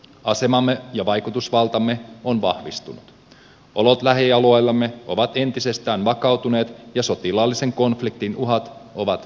asemamme ja vaikutusvaltamme on vahvistunut olot lähialueillamme ovat entisestään vakautuneet ja sotilaallisen konfliktin uhat ovat vähentyneet